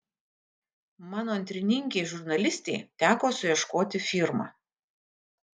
mano antrininkei žurnalistei teko suieškoti firmą